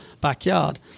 backyard